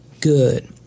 good